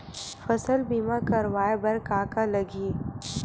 फसल बीमा करवाय बर का का लगही?